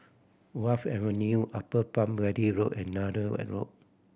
Wharf Avenue Upper Palm Valley Road and Nallur Road